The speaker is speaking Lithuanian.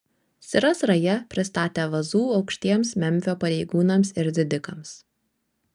siras raja pristatė vazų aukštiems memfio pareigūnams ir didikams